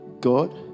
god